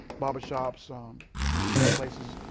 barber shops, um hair places,